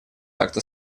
акта